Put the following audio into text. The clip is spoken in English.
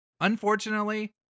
Unfortunately